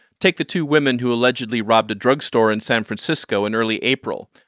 take the two women who allegedly robbed a drugstore in san francisco in early april.